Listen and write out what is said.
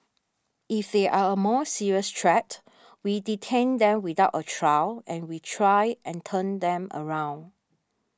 if they are a more serious threat we detain them without trial and we try and turn them around